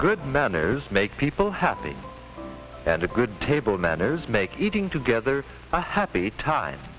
good manners make people happy and a good table manners make eating together a happy time